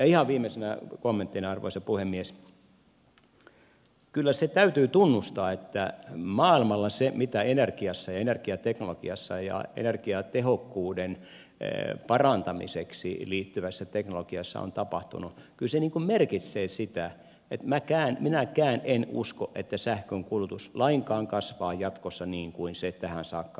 ihan viimeisenä kommenttina arvoisa puhemies kyllä se täytyy tunnustaa että maailmalla se mitä energiassa ja energiateknologiassa ja energiatehokkuuden parantamiseen liittyvässä teknologiassa on tapahtunut kyllä merkitsee sitä että minäkään en usko että sähkön kulutus lainkaan kasvaa jatkossa niin kuin se tähän saakka on kasvanut